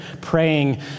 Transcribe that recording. praying